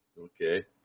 Okay